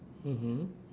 mmhmm